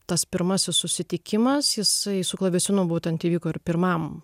tas pirmasis susitikimas jisai su klavesinu būtent įvyko ir pirmam